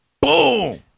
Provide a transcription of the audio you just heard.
Boom